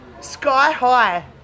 sky-high